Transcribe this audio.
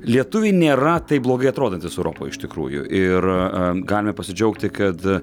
lietuviai nėra taip blogai atrodantys europoj iš tikrųjų ir a galime pasidžiaugti kad